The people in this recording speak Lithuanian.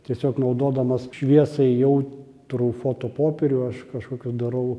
tiesiog naudodamas šviesai jautrų fotopopierių aš kažkokį darau